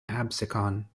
absecon